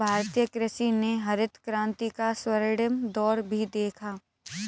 भारतीय कृषि ने हरित क्रांति का स्वर्णिम दौर भी देखा